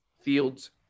Fields